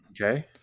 Okay